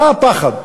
מה הפחד?